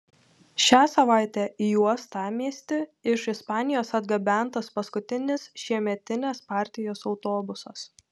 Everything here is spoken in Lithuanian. šią savaitę į uostamiestį iš ispanijos atgabentas paskutinis šiemetinės partijos autobusas